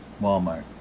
Walmart